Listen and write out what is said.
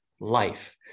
life